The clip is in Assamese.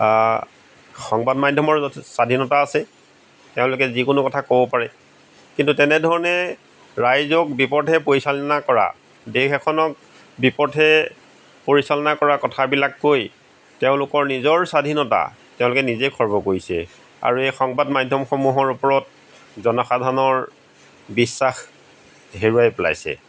আঁ সংবাদ মাধ্যমৰ য স্বাধীনতা আছে তেওঁলোকে যিকোনো কথা ক'ব পাৰে কিন্তু তেনেধৰণে ৰাইজক বিপথে পৰিচালনা কৰা দেশ এখনক বিপথে পৰিচালনা কৰা কথাবিলাক কৈ তেওঁলোকৰ নিজৰ স্বাধীনতা তেওঁলোকে নিজেই খৰ্ব কৰিছে আৰু এই সংবাদ মাধ্যমসমূহৰ ওপৰত জনসাধাৰণৰ বিশ্বাস হেৰুৱাই পেলাইছে